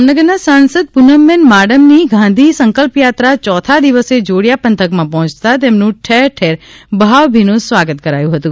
જામનગરના સાંસદ પુનમબેન માડમની ગાંધી સંકલ્પયાત્રા યોથા દિવસે જોડીયા પંથકમાં પહોંચતા તેમનું ઠેરઠેર ભાવભીનું સ્વાગત કરાયું હતું